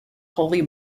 holy